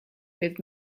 with